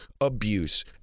abuse